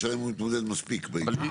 השאלה אם הוא מתמודד מספיק בעניין.